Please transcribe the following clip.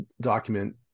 document